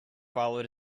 followed